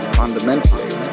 fundamentally